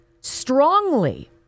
strongly